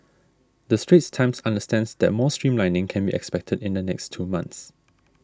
the Straits Times understands that more streamlining can be expected in the next two months